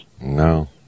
No